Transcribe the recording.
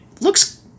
looks